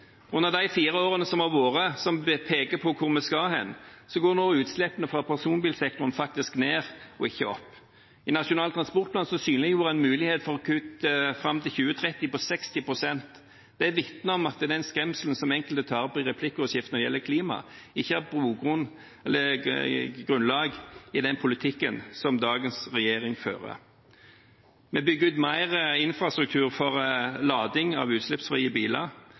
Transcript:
Under de fire årene som har vært, som peker på hvor vi skal hen, går nå utslippene fra personbilsektoren faktisk ned og ikke opp. I Nasjonal transportplan synliggjorde en mulighet for kutt fram til 2030 på 60 pst. Det vitner om at den skremselen som enkelte tar opp i replikkordskiftet når det gjelder klima, ikke har grunnlag i den politikken som dagens regjering fører. Vi bygger ut mer infrastruktur for lading av utslippsfrie biler.